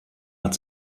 hat